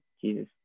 jesus